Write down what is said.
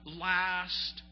last